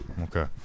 Okay